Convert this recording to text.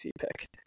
pick